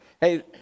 Hey